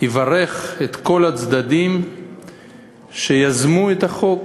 יברך את כל הצדדים שיזמו את החוק,